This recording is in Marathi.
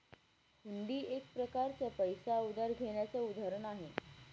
हुंडी एक प्रकारच पैसे उधार घेण्याचं उदाहरण आहे